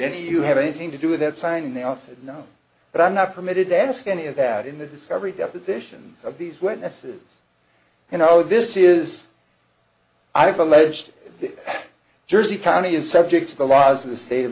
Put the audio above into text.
any you have anything to do with that signing they all said no but i'm not permitted to ask any of that in the discovery depositions of these witnesses and i know this is i have a legit jersey county is subject to the laws of the state of